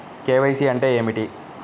KYC అంటే ఏమిటి?